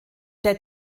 der